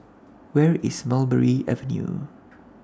Where IS Mulberry Avenue